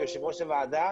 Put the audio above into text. כיושבת ראש הוועדה,